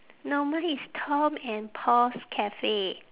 no mine is tom and paul's cafe